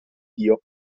dio